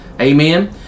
amen